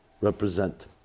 represent